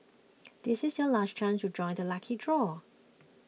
this is your last chance to join the lucky draw